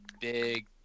big